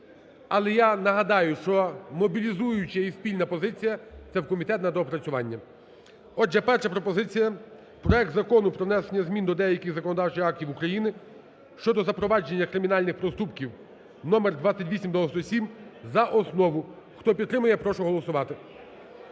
Але я нагадаю, що мобілізуюча і спільна позиція – це в комітет на доопрацювання. Отже, перша пропозиція, проект Закону про внесення змін до деяких законодавчих актів України щодо запровадження кримінальних проступків (номер 2897) за основу. Хто підтримує, прошу голосувати.